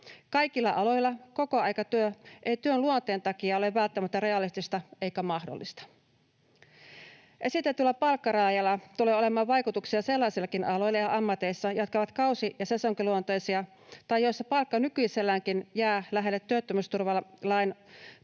Kaikilla aloilla kokoaikatyö ei työn luonteen takia ole välttämättä realistista eikä mahdollista. Esitetyllä palkkarajalla tulee olemaan vaikutuksia sellaisillakin aloilla ja ammateissa, jotka ovat kausi- ja sesonkiluonteisia tai joissa palkka nykyiselläänkin jää lähelle työttömyysturvalain